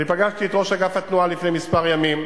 פגשתי את ראש אגף התנועה לפני כמה ימים,